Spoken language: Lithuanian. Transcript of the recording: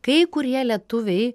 kai kurie lietuviai